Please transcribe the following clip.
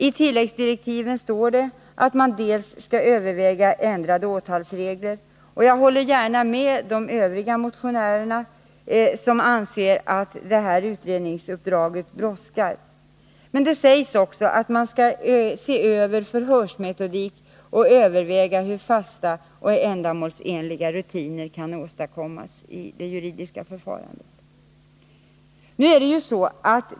I tilläggsdirektiven står det dels att man skall överväga ändrade åtalsregler — och jag håller gärna med de övriga motionärerna som anser att detta utredningsuppdrag brådskar—, dels att man skall se över förhörsmetodiken och överväga hur fasta och ändamålsenliga rutiner skall åstadkommas i det juridiska förfarandet.